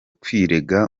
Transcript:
kwirega